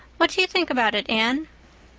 what do you think about it, anne?